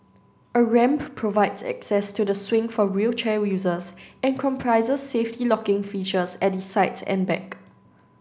a ramp provides access to the swing for wheelchair users and comprises safety locking features at the sides and back